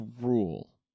rule